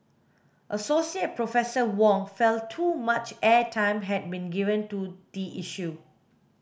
Associate Professor Wong felt too much airtime had been given to the issue